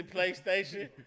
PlayStation